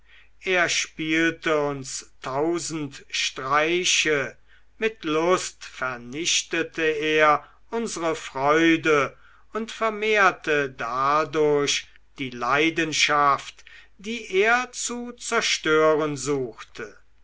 er spielte uns tausend streiche mit lust vernichtete er unsre freude und vermehrte dadurch die leidenschaft die er zu zerstören suchte